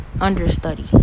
understudy